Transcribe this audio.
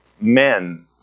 men